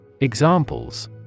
Examples